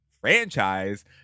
franchise